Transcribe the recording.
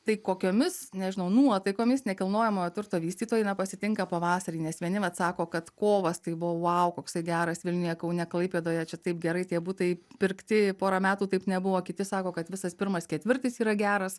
tai kokiomis nežinau nuotaikomis nekilnojamojo turto vystytojai na pasitinka pavasarį nes vieni vat sako kad kovas tai buvo vau koksai geras vilniuje kaune klaipėdoje čia taip gerai tie butai pirkti porą metų taip nebuvo kiti sako kad visas pirmas ketvirtis yra geras